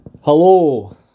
Hello